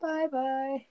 Bye-bye